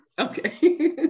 Okay